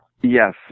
Yes